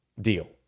deal